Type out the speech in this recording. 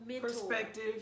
Perspective